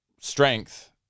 strength